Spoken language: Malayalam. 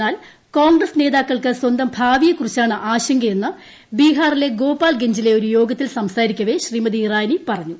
എന്നാൽ കോൺഗ്രസ് നേതാക്കൾക്ക് സ്വന്തം ഭാവിയെക്കുറിച്ചാണ് ആശങ്കയെന്ന് ബിഹാറിലെ ഗോപാൽ ഗഞ്ചിലെ ഒരു യോഗത്തിൽ സംസാരിക്കവെ ശ്രീമതി ഇറാനി പറഞ്ഞു